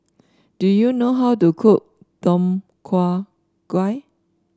do you know how to cook Tom Kha Gai